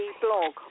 blog